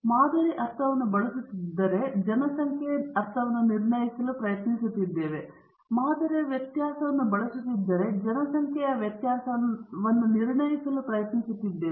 ನಾವು ಮಾದರಿ ಅರ್ಥವನ್ನು ಬಳಸುತ್ತಿದ್ದರೆ ನಾವು ಜನಸಂಖ್ಯೆ ಅರ್ಥವನ್ನು ನಿರ್ಣಯಿಸಲು ಪ್ರಯತ್ನಿಸುತ್ತಿದ್ದೇವೆ ನೀವು ಮಾದರಿಯ ವ್ಯತ್ಯಾಸವನ್ನು ಬಳಸುತ್ತಿದ್ದರೆ ನಾವು ಜನಸಂಖ್ಯೆಯ ವ್ಯತ್ಯಾಸವನ್ನು ನಿರ್ಣಯಿಸಲು ಪ್ರಯತ್ನಿಸುತ್ತಿದ್ದೇವೆ